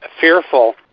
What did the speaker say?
fearful